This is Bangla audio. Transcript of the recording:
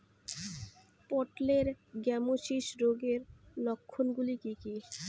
পটলের গ্যামোসিস রোগের লক্ষণগুলি কী কী?